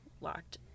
locked